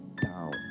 down